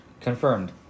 Confirmed